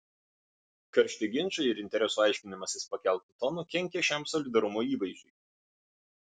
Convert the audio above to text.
karšti ginčai ir interesų aiškinimasis pakeltu tonu kenkia šiam solidarumo įvaizdžiui